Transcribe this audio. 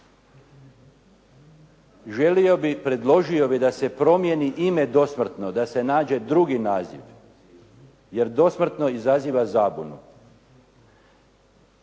Želio bih, predložio bih da se promijeni ime dosmrtno, da se nađe drugi naziv jer dosmrtno izaziva zabunu.